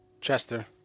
Chester